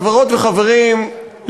חברות וחברים,